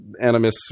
Animus